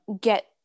get